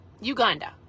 Uganda